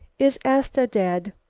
is asta dead?